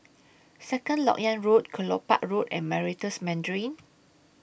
Second Lok Yang Road Kelopak Road and Meritus Mandarin